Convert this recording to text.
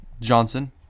Johnson